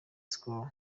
skol